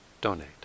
donate